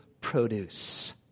produce